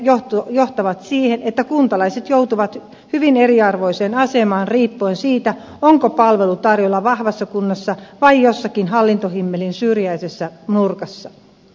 henkilökuntavajeet johtavat siihen että kuntalaiset joutuvat hyvin eriarvoiseen asemaan riippuen siitä onko palvelu tarjolla vahvassa kunnassa vai jossakin hallintohimmelin syrjäisessä nurkassa